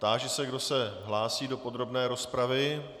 Táži se, kdo se hlásí do podrobné rozpravy.